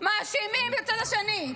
מאשימים את הצד השני.